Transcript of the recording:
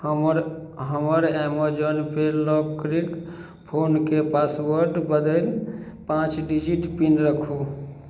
हमर हमर ऐमेज़ौन पे लॉकक्रेक फोनके पासवर्ड बदलि पांँच डिजिट पिन रखू